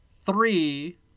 three